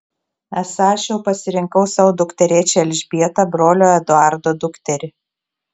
esą aš jau pasirinkau savo dukterėčią elžbietą brolio eduardo dukterį